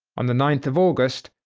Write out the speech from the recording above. on the ninth of august,